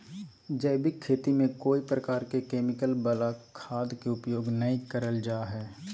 जैविक खेती में कोय प्रकार के केमिकल वला खाद के उपयोग नै करल जा हई